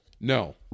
No